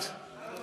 במקור זה